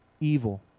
evil